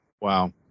Wow